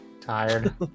tired